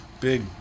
big